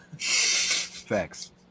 facts